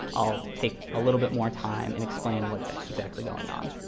i'll take a little bit more time and explain what's exactly going on.